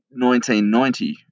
1990